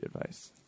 advice